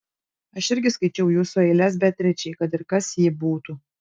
aš irgi skaičiau jūsų eiles beatričei kad ir kas ji būtų